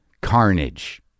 carnage